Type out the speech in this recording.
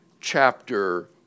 chapter